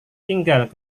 tinggal